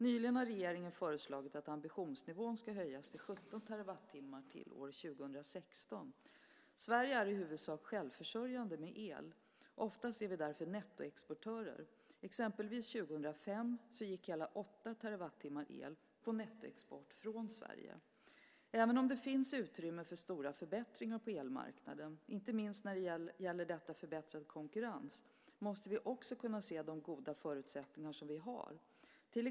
Nyligen har regeringen föreslagit att ambitionsnivån ska höjas till 17 terawattimmar till 2016. Sverige är i huvudsak självförsörjande med el. Oftast är vi därför nettoexportörer. 2005 gick exempelvis hela åtta terawattimmar el på nettoexport från Sverige. Även om det finns utrymme för stora förbättringar på elmarknaden - inte minst gäller detta förbättrad konkurrens - måste vi också kunna se de goda förutsättningar vi har i Sverige.